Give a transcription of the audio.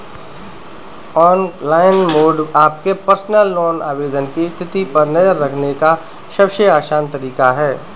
online mode आपके personal loan आवेदन की स्थिति पर नज़र रखने का सबसे आसान तरीका है